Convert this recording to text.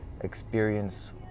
Experience